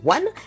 One